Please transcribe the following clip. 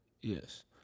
Yes